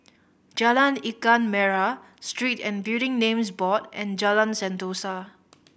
Jalan Ikan Merah Street and Building Names Board and Jalan Sentosa